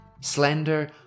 slender